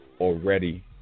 Already